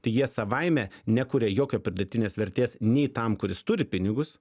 tai jie savaime nekuria jokio pridėtinės vertės nei tam kuris turi pinigus